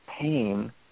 pain